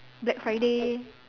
black Friday